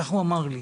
ככה הוא אמר לי.